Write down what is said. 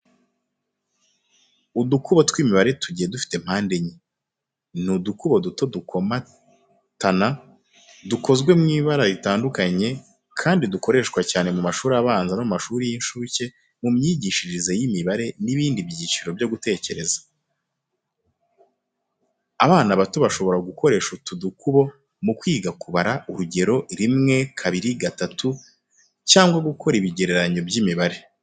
Udukubo tw’imibare tugiye dufite mpande enye. Ni udukubo duto dukomatana, dukozwe mu ibara ritandukanye kandi dukoreshwa cyane mu mashuri abanza no mu mashuri y’incuke mu myigishirize y’imibare n'ibindi byiciro byo gutekereza. Tukaba abana bato bashobora gukoresha utu dukubo mu kwiga kubara, urugero: rimwe, kabiri, gatatu … cyangwa gukora ibigereranyo by’imibare.